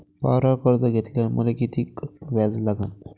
वावरावर कर्ज घेतल्यावर मले कितीक व्याज लागन?